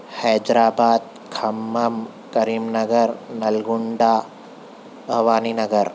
Hyderabad Khammam Karimnagar Nalgonda Bhavani Nagar